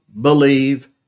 believe